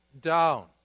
down